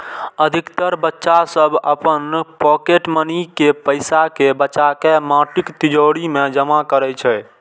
अधिकतर बच्चा सभ अपन पॉकेट मनी के पैसा कें बचाके माटिक तिजौरी मे जमा करै छै